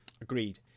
agreed